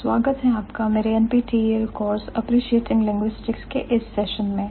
स्वागत है आपका मेरे NPTEL कोर्स Appreciating Linguistics के इस सेशन मैं